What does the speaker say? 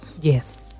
yes